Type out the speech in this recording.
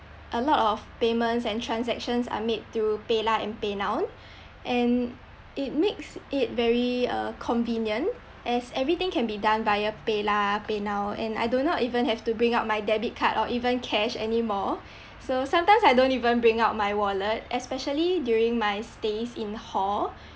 a lot of payments and transactions are made through paylah and paynow and it makes it very uh convenient as everything can be done via paylah paynow and I do not even have to bring out my debit card or even cash anymore so sometimes I don't even bring out my wallet especially during my stays in hall